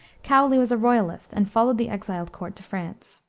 cowley was a royalist and followed the exiled court to france.